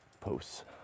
posts